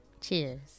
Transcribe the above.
Cheers